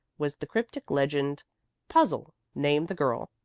was the cryptic legend puzzle name the girl.